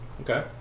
Okay